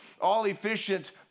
all-efficient